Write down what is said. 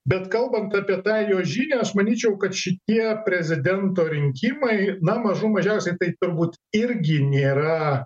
bet kalbant apie tą jo žinią aš manyčiau kad šitie prezidento rinkimai na mažų mažiausiai tai turbūt irgi nėra